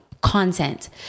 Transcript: content